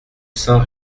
saint